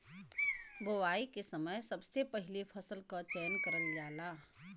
बोवाई के समय सबसे पहिले फसल क चयन करल जाला